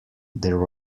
there